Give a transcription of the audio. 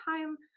time